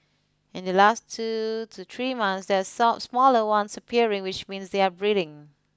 in the last two to three months that some smaller ones appearing which means they are breeding